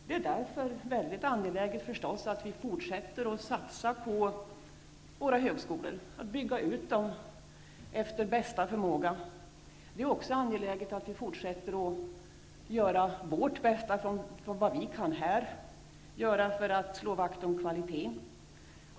Det är därför väldigt angeläget att vi fortsätter att satsa på våra högskolor och bygger ut dem efter bästa förmåga. Det är också angeläget att vi här fortsätter att göra vad vi kan göra för att slå vakt om kvaliteten.